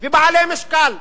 ובעלי משקל,